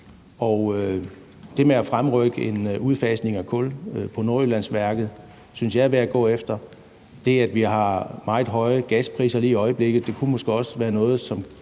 det med at fremrykke en udfasning af kul på Nordjyllandsværket synes jeg er værd at gå efter. Det, at vi har meget høje gaspriser lige i øjeblikket, kunne måske også være noget,